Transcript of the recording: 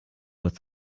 with